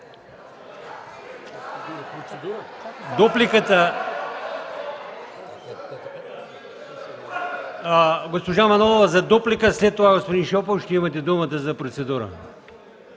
процедура. Госпожа Манолова – за дуплика, след това, господин Шопов, ще имате думата за процедура.